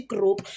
Group